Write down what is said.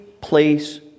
place